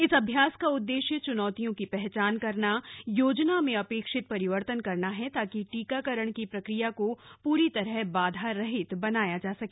इस अभ्यास का उद्देश्य चुनौतियों की पहचान करना और योजना में अपेक्षित परिवर्तन करना है ताकि टीकाकरण की प्रक्रिया को पूरी तरह बाधारहित बनाया जा सके